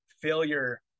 failure